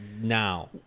now